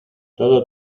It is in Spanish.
todo